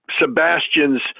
Sebastian's